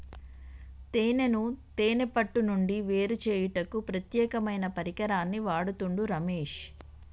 తేనెను తేనే పట్టు నుండి వేరుచేయుటకు ప్రత్యేకమైన పరికరాన్ని వాడుతుండు రమేష్